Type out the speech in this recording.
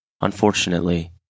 Unfortunately